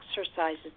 exercises